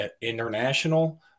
International